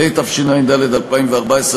התשע"ד 2014,